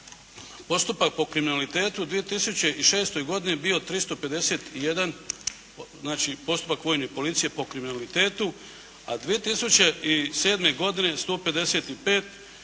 postupak po kriminalitetu u 2006. godini bio 351, znači, postupak vojne policije po kriminalitetu, a 2007. godine 155 što je